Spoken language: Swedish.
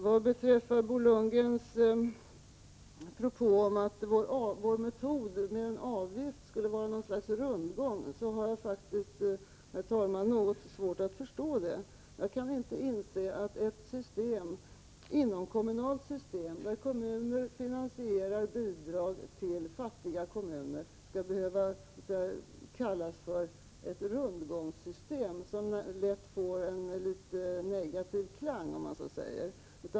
Vad beträffar Bo Lundgrens propåer om att vår metod skulle innebära något slags rundgång har jag faktiskt svårt att förstå dem. Jag kan inte inse att ett inomkommunalt system, där kommuner finansierar bidrag till fattiga kommuner, skall behöva kallas för ett rundgångssystem, som ju lätt får en negativ klang.